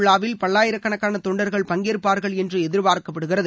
விழாவில் பல்லாயிரக்கணக்கான இந்த பதவியேற்பு தொண்டர்கள் பங்கேற்பார்கள் என்று எதிர்பார்க்கப்படுகிறது